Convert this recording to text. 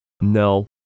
no